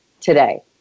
today